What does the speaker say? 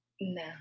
no